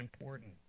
important